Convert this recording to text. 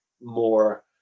more